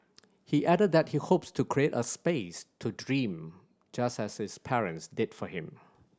he added that he hopes to create a space to dream just as his parents did for him